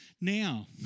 now